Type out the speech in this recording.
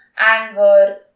anger